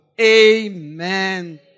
Amen